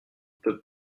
peu